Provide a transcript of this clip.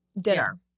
dinner